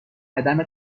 عدم